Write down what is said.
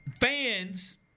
fans